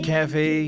Cafe